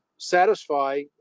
satisfy